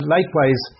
Likewise